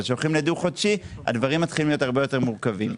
אבל כשהולכים לדו-חודשי הדברים מתחילים להיות הרבה יותר מורכבים.